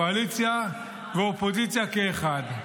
קואליציה ואופוזיציה כאחד.